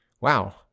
wow